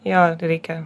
jo reikia